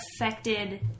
affected